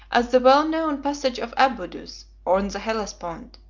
at the well-known passage of abydus, on the hellespont,